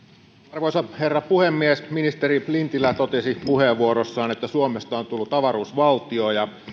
arvoisa herra puhemies ministeri lintilä totesi puheenvuorossaan että suomesta on tullut avaruusvaltio